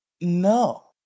No